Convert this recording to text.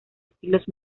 estilos